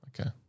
Okay